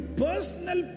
personal